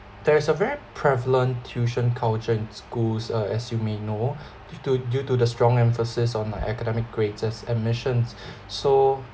there is a very prevalent tuition culture in schools uh as you may know due to due to the strong emphasis on academic grades admissions so